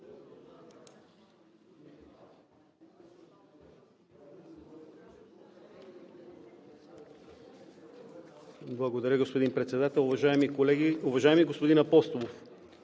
Благодаря, господин Председател. Уважаеми колеги! Уважаеми господин Апостолов,